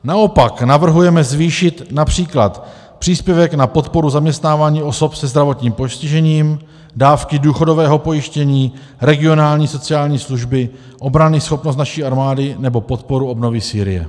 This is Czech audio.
Naopak navrhujeme zvýšit například příspěvek na podporu zaměstnávání osob se zdravotním postižením, dávky důchodového pojištění, regionální sociální služby, obranyschopnost naší armády nebo podporu obnovy Sýrie.